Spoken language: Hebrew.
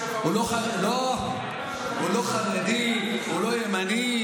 הוא לא חרדי, הוא לא ימני.